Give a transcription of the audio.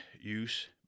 use